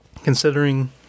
Considering